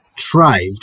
thrived